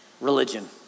religion